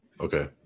okay